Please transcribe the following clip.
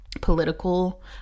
political